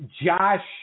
Josh